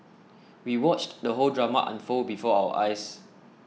we watched the whole drama unfold before our eyes